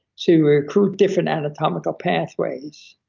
to recruit different anatomical pathways,